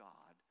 God